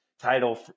Title